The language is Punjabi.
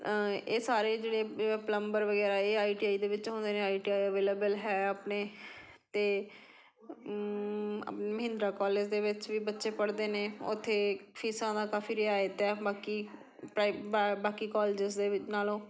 ਇਹ ਸਾਰੇ ਜਿਹੜੇ ਪਲੰਬਰ ਵਗੈਰਾ ਇਹ ਆਈ ਟੀ ਆਈ ਦੇ ਵਿੱਚ ਹੁੰਦੇ ਨੇ ਆਈ ਟੀ ਆਈ ਆਵੈਲਬਲ ਹੈ ਆਪਣੇ ਅਤੇ ਮਹਿੰਦਰਾ ਕੋਲੇਜ ਦੇ ਵਿੱਚ ਵੀ ਬੱਚੇ ਪੜ੍ਹਦੇ ਨੇ ਉੱਥੇ ਫੀਸਾਂ ਦਾ ਕਾਫ਼ੀ ਰਿਆਇਤ ਹੈ ਬਾਕੀ ਪ੍ਰਾਈ ਬ ਬਾਕੀ ਕੋਲੇਜਸ ਦੇ ਵਿ ਨਾਲੋਂ